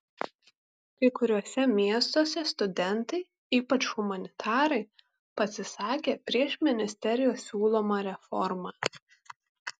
kai kuriuose miestuose studentai ypač humanitarai pasisakė prieš ministerijos siūlomą reformą